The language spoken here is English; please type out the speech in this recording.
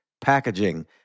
packaging